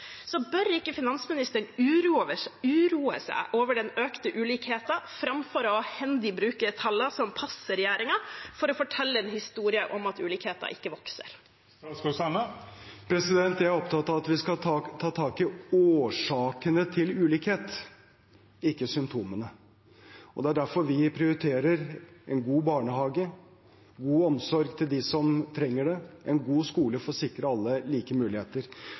Så bør ikke finansministeren uroe seg over den økte ulikheten framfor hendig å bruke tallene som passer regjeringen for å fortelle en historie om at ulikheter ikke vokser? Jeg er opptatt av at vi skal ta tak i årsakene til ulikhet, ikke symptomene. Det er derfor vi prioriterer en god barnehage, god omsorg til dem som trenger det, og en god skole for å sikre alle like muligheter.